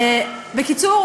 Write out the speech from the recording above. בקיצור,